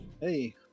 Hey